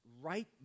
right